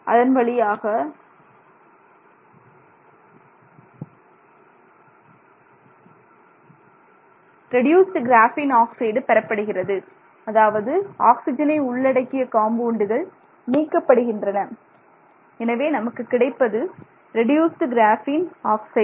அதன் மூலமாக reduced graphene oxide sample பெறப்படுகிறது அதாவது ஆக்சிஜனை உள்ளடக்கிய காம்பவுண்டுகள் நீக்கப்படுகின்றன எனவே நமக்கு கிடைப்பது ரெடியூசுடு கிராஃபீன் ஆக்சைடு